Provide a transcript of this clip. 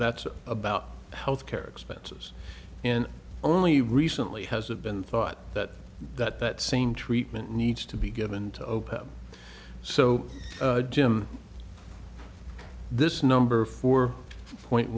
that's about health care expenses and only recently has of been thought that that same treatment needs to be given to open so jim this number four point